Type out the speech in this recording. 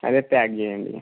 అదే ప్యాక్ చేయండి